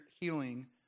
healing